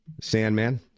Sandman